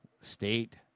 state